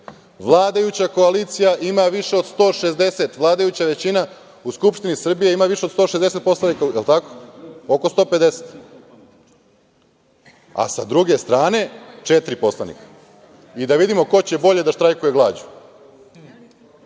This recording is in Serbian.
Vladajuća koalicija ima više od 160, vladajuća većina u Skupštini Srbije ima više od 160 poslanika, je li tako? Oko 150. Sa druge strane četiri poslanika i da vidimo ko će bolje da štrajkuje glađu.